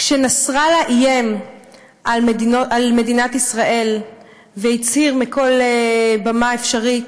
כשנסראללה איים על מדינת ישראל והצהיר מכל במה אפשרית